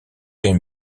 jane